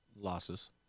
losses